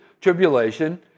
tribulation